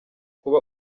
kuba